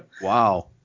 Wow